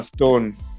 Stones